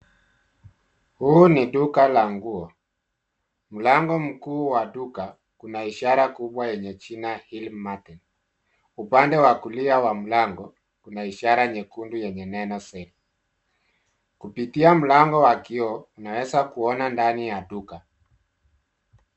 Huu ni duka la nguo. Mlango mkuu wa duka kuna ishara kubwa lenye jina Hillmarten. Upande wa kulia wa mlango, kuna ishara nyekundu yenye neno Sale . Kupitia mlango wa kioo, unaweza kuona ndani ya duka.